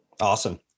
Awesome